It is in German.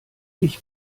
ich